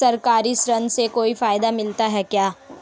सरकारी ऋण से कोई फायदा मिलता है क्या?